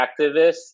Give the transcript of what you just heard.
activists